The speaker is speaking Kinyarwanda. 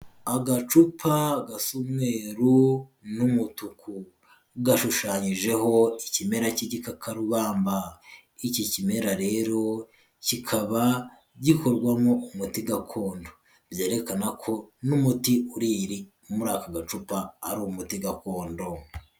Agacupa gasa umweru n'umutuku, gashushanyijeho ikimera cy'igikakarubamba, Iki kimera rero kikaba gikorwamo umuti gakondo, byerekana ko n'umuti uri iri muri aka gacupa ari umuti gakondo.